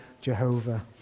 jehovah